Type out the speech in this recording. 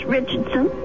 Richardson